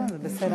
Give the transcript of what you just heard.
לא, זה בסדר.